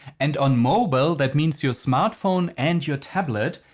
and on mobile, that means your smartphone and your tablet,